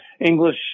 English